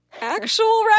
actual